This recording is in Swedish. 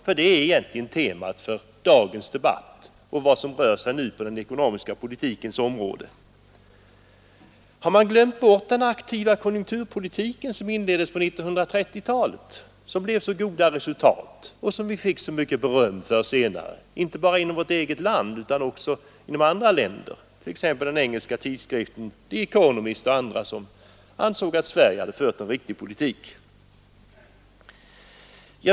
”, för det är egentligen temat för dagens debatt och den fråga som nu är aktuell på den ekonomiska politikens område Har man glömt bort den aktiva konjunkturpolitik som inleddes på 1930-talet, som gav så goda resultat och som vi fick så mycket beröm för senare inte bara i vårt eget land utan också i andra länder, t.ex. från den engelska tidskriften The Economist men även från andra, som ansåg att Sverige hade fört en riktig politik?